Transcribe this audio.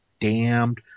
damned